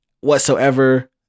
whatsoever